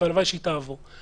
והלוואי שהיא תעבור.